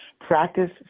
practice